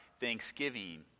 thanksgiving